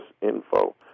info